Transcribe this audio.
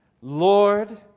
Lord